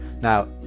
Now